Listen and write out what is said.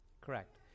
correct